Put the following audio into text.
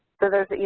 so there's,